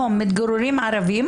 מתגוררים ערבים,